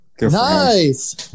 Nice